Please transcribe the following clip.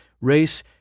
race